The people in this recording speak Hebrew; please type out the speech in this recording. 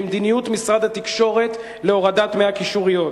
במדיניות משרד התקשורת להורדת דמי הקישוריות.